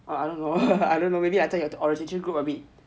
I don't know I don't know maybe I tell tag your original group a bit